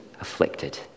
afflicted